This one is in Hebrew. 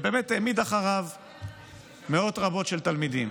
הוא העמיד אחריו מאות רבות של תלמידים,